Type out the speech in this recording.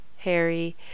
Harry